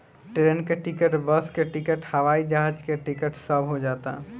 train के ticket, bus के ticket, हवाई जहाज टिकट सब हो जाता